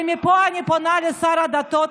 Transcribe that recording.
ומפה, אני פונה לשר הדתות.